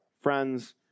friends